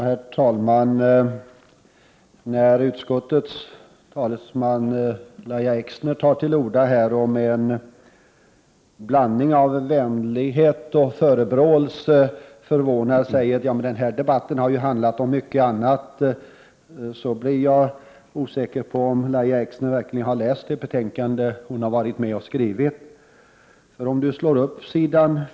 Herr talman! När utskottets talesman, Lahja Exner, tog till orda och med en blandning av vänlighet och förebråelser förvånat sade att den här debatten har handlat om mycket annat, så blev jag osäker om huruvida Lahja Exner verkligen har läst det betänkande hon själv varit med om att skriva. Om hon slår upp ss.